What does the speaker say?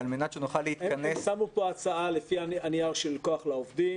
על מנת שנוכל להתכנס --- הם שמו פה הצעה לפי הנייר של כוח לעובדים,